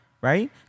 right